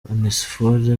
onesphore